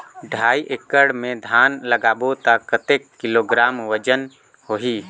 ढाई एकड़ मे धान लगाबो त कतेक किलोग्राम वजन होही?